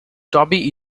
toby